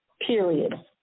period